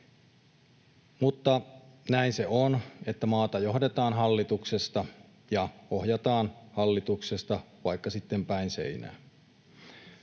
Mutta näin se on, että maata johdetaan hallituksesta ja ohjataan hallituksesta, vaikka sitten päin seinää.